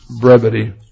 brevity